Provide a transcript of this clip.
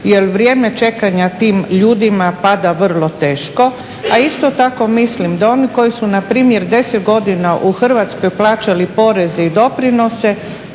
jer vrijeme čekanja tim ljudima pada vrlo teško. A isto tako mislim da oni koji su na primjer deset godina u Hrvatskoj plaćali poreze i doprinose